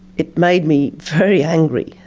it made me very angry,